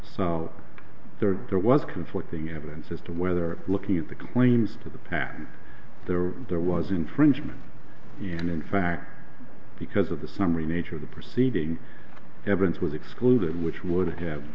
sell there there was conflicting evidence as to whether looking at the claims to the patent there was infringement and in fact because of the summary nature of the proceeding evidence was excluded which would have